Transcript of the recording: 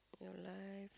your life